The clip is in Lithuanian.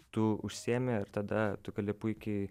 tu užsiimi ir tada tu gali puikiai